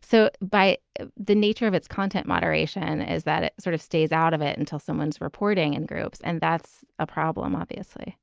so by the nature of its content, moderation is that it sort of stays out of it until someone's reporting in and groups. and that's a problem, obviously